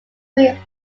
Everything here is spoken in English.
may